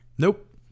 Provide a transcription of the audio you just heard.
Nope